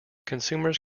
consumers